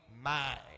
mind